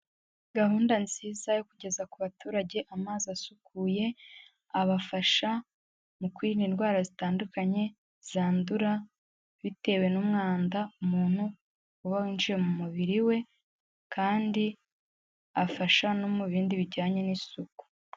Gahunda nziza yo kugeza ku baturage amazi asukuye, abafasha mu kwirinda indwara zitandukanye zandura bitewe n'umwanda umuntu uba winjiye mu mubiri we, kandi afasha no mu bindi bijyanye n'isuku.